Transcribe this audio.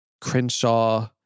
Crenshaw